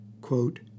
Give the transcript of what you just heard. Quote